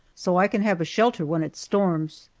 so i can have a shelter when it storms,